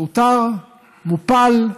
מאותר, מופל,